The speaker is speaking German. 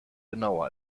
genauer